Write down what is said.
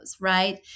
right